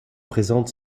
présente